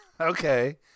Okay